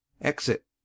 Exit